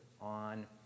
on